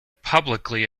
publicly